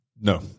No